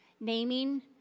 naming